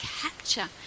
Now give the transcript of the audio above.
capture